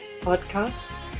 podcasts